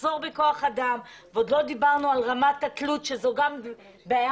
מחסור בכוח אדם ועוד לא דיברנו על רמת התלות שגם היא בעיה